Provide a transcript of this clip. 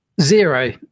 zero